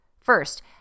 First